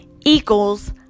equals